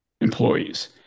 employees